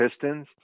Pistons